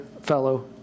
fellow